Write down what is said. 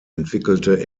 entwickelte